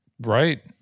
Right